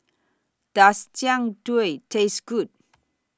Does Jian Dui Taste Good